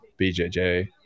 BJJ